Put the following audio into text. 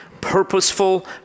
purposeful